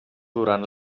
durant